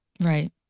Right